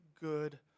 good